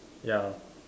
ya